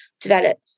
develop